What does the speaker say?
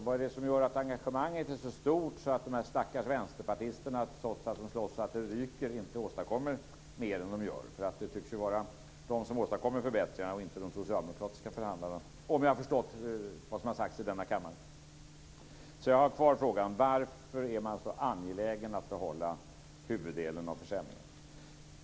Vad är det som gör att engagemanget är så stort att de stackars vänsterpartisterna, trots att de slåss så det ryker, inte åstadkommer mer än de gör? Det tycks ju vara de som åstadkommer förbättringarna och inte de socialdemokratiska förhandlarna om jag har förstått vad som har sagts i kammaren. Så jag har kvar den frågan: Varför är man så angelägen om att behålla huvuddelen av försämringen?